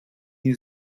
new